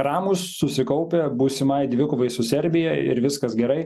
ramūs susikaupę būsimai dvikovai su serbija ir viskas gerai